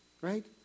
right